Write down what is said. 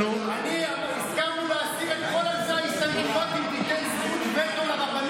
אנחנו הסכמנו להסיר את כל אלפי ההסתייגויות אם תיתן זכות וטו לרבנות,